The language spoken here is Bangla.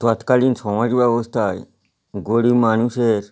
তৎকালীন সমাজ ব্যবস্থায় গরীব মানুষের